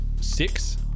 six